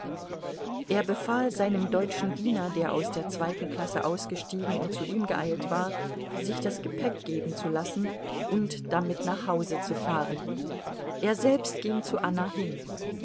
er befahl seinem deutschen diener der aus der zweiten klasse ausgestiegen und zu ihm geeilt war sich das gepäck geben zu lassen und damit nach hause zu fahren er selbst ging zu anna hin